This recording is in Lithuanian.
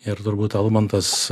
ir turbūt almantas